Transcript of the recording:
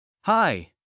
Hi